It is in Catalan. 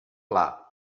pla